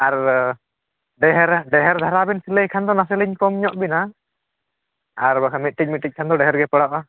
ᱟᱨ ᱰᱷᱮᱹᱨ ᱰᱷᱮᱹᱨ ᱫᱷᱟᱨᱟ ᱵᱮᱱ ᱥᱤᱞᱟᱹᱭ ᱠᱷᱟᱱ ᱫᱚ ᱱᱟᱥᱮᱞᱤᱧ ᱠᱚᱢ ᱧᱚᱜ ᱵᱮᱱᱟ ᱟᱨ ᱵᱟᱠᱷᱟᱱ ᱢᱤᱫᱴᱤᱡ ᱢᱤᱫᱴᱤᱡ ᱠᱷᱟᱱ ᱫᱚ ᱰᱷᱮᱹᱨ ᱜᱮ ᱯᱟᱲᱟᱜᱼᱟ